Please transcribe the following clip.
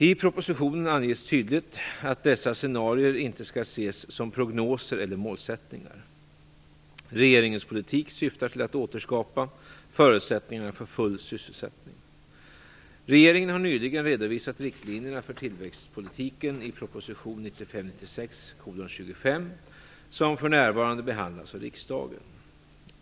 I propositionen anges tydligt att dessa scenarier inte skall ses som prognoser eller målsättningar. Regeringens politik syftar till att återskapa förutsättningarna för full sysselsättning. Regeringen har nyligen redovisat riktlinjerna för tillväxtpolitiken i proposition 1995/96:25, som för närvarande behandlas av riksdagen.